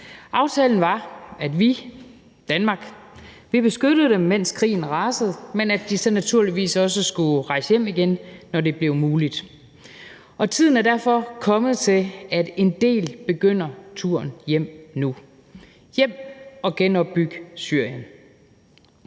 altså Danmark, beskyttede dem, mens krisen rasede, men at de så naturligvis også skulle rejse hjem igen, når det blev muligt. Tiden er derfor kommet til, at en del begynder turen hjem nu – hjem for at genopbygge Syrien.